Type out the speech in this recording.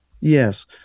Yes